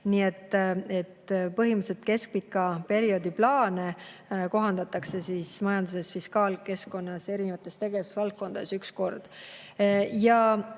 Nii et põhimõtteliselt keskpika perioodi plaane kohandatakse majanduses nii fiskaalkeskkonnas kui ka erinevates tegevusvaldkondades üks kord.